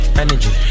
energy